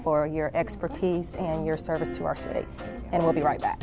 for your expertise and your service to our city and we'll be right back